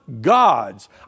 gods